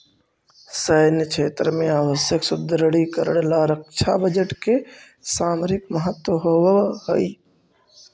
सैन्य क्षेत्र में आवश्यक सुदृढ़ीकरण ला रक्षा बजट के सामरिक महत्व होवऽ हई